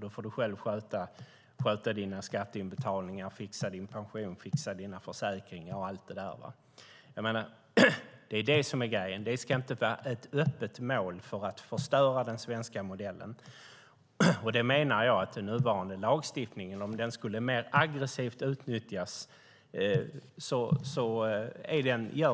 Då får du själv sköta dina skatteinbetalningar och fixa din pension, dina försäkringar och allt det där. Det är detta som är grejen. Det ska inte vara öppet mål för att förstöra den svenska modellen. Jag menar att om den nuvarande lagstiftningen skulle utnyttjas mer aggressivt